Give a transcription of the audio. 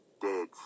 dead